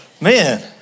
Man